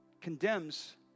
condemns